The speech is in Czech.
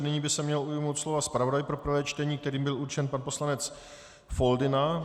Nyní by se měl ujmout slova zpravodaj pro prvé čtení, kterým byl určen pan poslanec Foldyna.